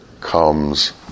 comes